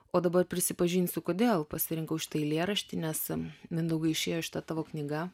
o dabar prisipažinsiu kodėl pasirinkau šitą eilėraštį nes mindaugai išėjo šita tavo knyga